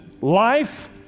life